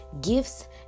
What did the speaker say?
gifts